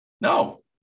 No